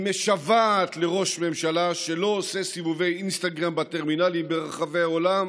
היא משוועת לראש ממשלה שלא עושה סיבובי אינסטגרם בטרמינלים ברחבי העולם